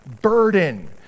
burden